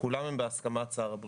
כולן הן בהסכמת שר הבריאות,